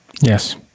Yes